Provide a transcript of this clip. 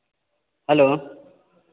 hello